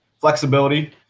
Flexibility